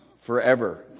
forever